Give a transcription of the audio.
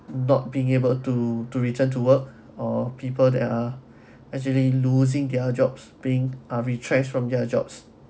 not being able to to return to work or people that are actually losing their jobs being are retrenched from their jobs